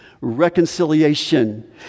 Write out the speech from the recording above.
reconciliation